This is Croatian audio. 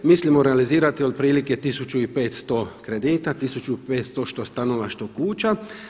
Mislimo realizirati otprilike 1500 kredita, 1500 što stanova, što kuća.